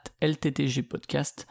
LTTGpodcast